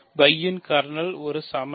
φ இன் கர்னல் சமணி